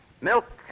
Milk